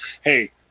Hey